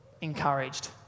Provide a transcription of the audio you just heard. encouraged